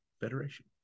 Federation